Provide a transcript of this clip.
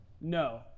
no